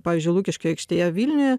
pavyzdžiui lukiškių aikštėje vilniuje